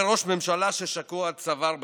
"ראש ממשלה השקוע עד צוואר בחקירות,